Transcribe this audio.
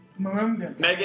Megan